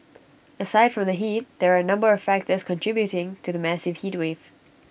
aside from the heat there are A number of factors contributing to the massive heatwave